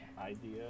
idea